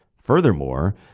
Furthermore